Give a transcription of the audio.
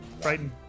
Frightened